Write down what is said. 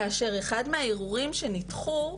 כאשר אחד מהערעורים שנדחו,